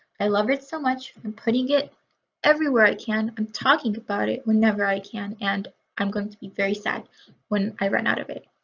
i love it so much. i'm putting it everywhere i can, i'm talking about it whenever i can, and i'm going to be very sad when i run out of it.